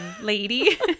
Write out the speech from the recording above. lady